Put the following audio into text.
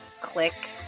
Click